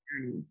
journey